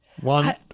One